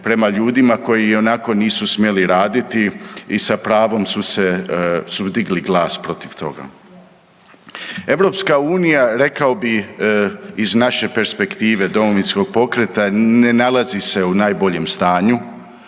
prema ljudima koji ionako nisu smjeli raditi i sa pravom su digli glas protiv toga. Europska unija rekao bih iz naše perspektive Domovinskog pokreta ne nalazi se u najboljem stanju.